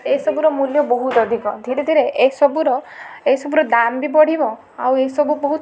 ଏ ସବୁର ମୂଲ୍ୟ ବହୁତ ଅଧିକ ଧିରେ ଧିରେ ଏ ସବୁର ଏ ସବୁର ଦାମ୍ ବି ବଢ଼ିବ ଆଉ ଏଇ ସବୁ ବହୁତ